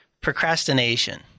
procrastination